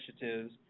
initiatives